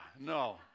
no